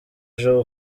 ejo